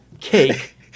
cake